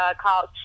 called